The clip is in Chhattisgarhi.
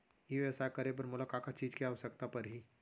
ई व्यवसाय करे बर मोला का का चीज के आवश्यकता परही?